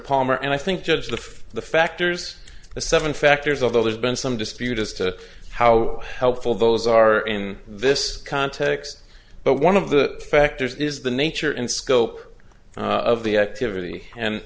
palmer and i think judge the for the factors the seven factors although there's been so dispute as to how helpful those are in this context but one of the factors is the nature and scope of the activity and